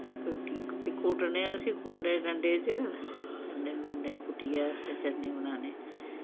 कुट्टी फ्ही कुट्टने उस्सी कुंडे डंडे च कुंडे डंडे कुट्टीयै फ्ही चटनी बनान्ने